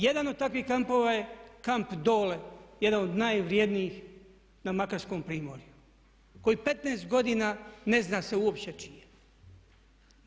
Jedan od takvih kampova je Kamp Dole jedan od najvrjednijih na makarskom primorju koji 15 godina ne zna se uopće čiji je.